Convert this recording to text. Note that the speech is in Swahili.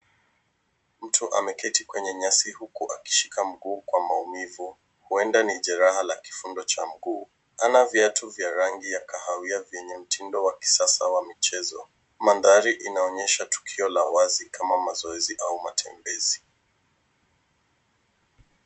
Mtu ameketi kwenye nyasi huku akishika mguu kwa maumivu. Huenda ni jeraha la kifundo cha mguu, ana viatu vya rangi ya kahawia vyenye mtindo wa kisasa wa mchezo. Mandhari inaonyesha tukio la wazi kama mazoezi au matembezi.